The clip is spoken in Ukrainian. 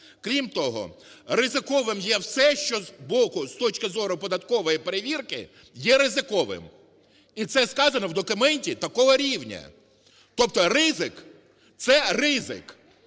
Крім того, ризиковим є все, що з боку, з точки зору податкової перевірки, є ризиковим. І це сказано в документі такого рівня! Тобто ризик – це ризик.